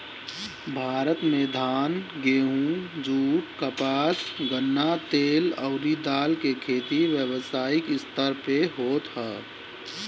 भारत में धान, गेंहू, जुट, कपास, गन्ना, तेल अउरी दाल के खेती व्यावसायिक स्तर पे होत ह